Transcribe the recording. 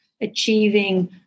achieving